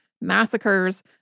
massacres